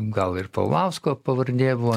gal ir paulausko pavardė buvo